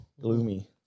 gloomy